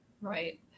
Right